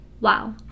Wow